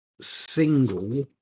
single